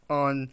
on